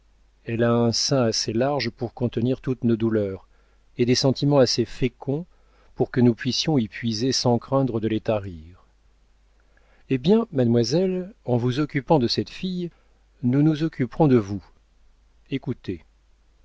elle a un sein assez large pour contenir toutes nos douleurs et des sentiments assez féconds pour que nous puissions y puiser sans craindre de les tarir eh bien mademoiselle en nous occupant de cette fille nous nous occuperons de vous écoutez